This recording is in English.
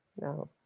no